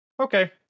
Okay